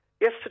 Yes